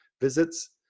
visits